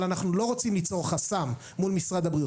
אבל אנחנו לא רוצים ליצור חסם מול משרד הבריאות.